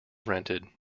rented